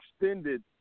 extended